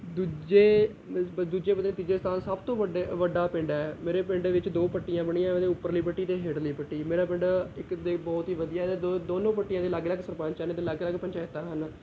ਦੂਜੇ ਬ ਦੂਜੇ ਪਤਾ ਨਹੀਂ ਤੀਜੇ ਸਥਾਨ ਸਭ ਤੋਂ ਵੱਡੇ ਵੱਡਾ ਪਿੰਡ ਹੈ ਮੇਰੇ ਪਿੰਡ ਵਿੱਚ ਦੋ ਪੱਟੀਆਂ ਬਣੀਆਂ ਵੀਆਂ ਉੱਪਰਲੀ ਪੱਟੀ ਅਤੇ ਹੇਠਲੀ ਪੱਟੀ ਮੇਰਾ ਪਿੰਡ ਇੱਕ ਦੇ ਬਹੁਤ ਹੀ ਵਧੀਆ ਦੋ ਦੋਨੋਂ ਪੱਟੀਆਂ ਦੇ ਅਲੱਗ ਅਲੱਗ ਸਰਪੰਚ ਹਨ ਅਤੇ ਅਲੱਗ ਅਲੱਗ ਪੰਚਾਇਤਾਂ ਹਨ